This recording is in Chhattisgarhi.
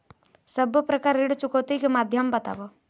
सब्बो प्रकार ऋण चुकौती के माध्यम बताव?